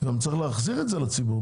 צריך גם להחזיר את זה לציבור.